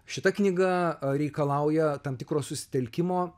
šita knyga reikalauja tam tikro susitelkimo